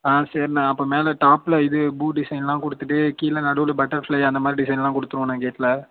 ஆ சரிண்ண அப்போ மேலே டாப்பில் இது பூ டிசைன்லாம் கொடுத்துட்டு கீழே நடுவில் பட்டர்ஃப்ளை அந்த மாதிரி டிசைன்லாம் கொடுத்துருவோண்ண கேட்டில்